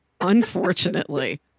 Unfortunately